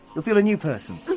you'll feel a new person.